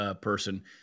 person